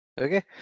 okay